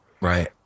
Right